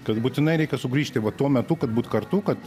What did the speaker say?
kad būtinai reikia sugrįžti va tuo metu kad būt kartu kad